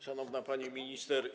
Szanowna Pani Minister!